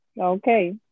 Okay